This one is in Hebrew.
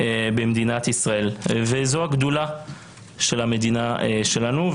זו הגדולה של המדינה שלנו.